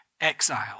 exile